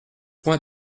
point